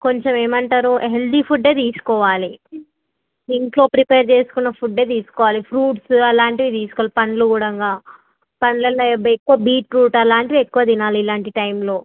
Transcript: కొంచెం ఏమంటారు హెల్దీ ఫుడ్డే తీసుకోవాలి ఇంట్లో ప్రిపేర్ చేసుకున్న ఫుడ్డే తీసుకోవాలి ఫ్రూట్సు అలాంటివి తీసుకోవాలి పండ్లు కూడా పండ్లలో ఎక్కువ బీట్రూట్ అలాంటివి ఎక్కువ తినాలి ఇలాంటి టైమ్లో